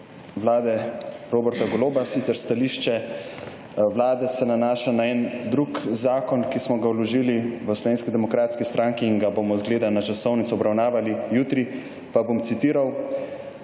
vlade Roberta Goloba, sicer stališče Vlade se nanaša na en drug zakon, ki smo ga vložili v Slovenski demokratski stranki in ga bomo izgleda na časovnici obravnavali jutri, pa bom citiral: